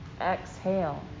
Exhale